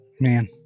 man